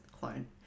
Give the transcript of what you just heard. clone